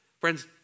Friends